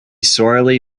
sorely